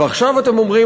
ועכשיו אתם אומרים,